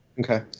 Okay